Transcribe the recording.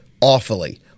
awfully